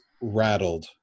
rattled